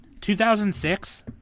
2006